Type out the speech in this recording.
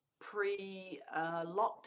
pre-lockdown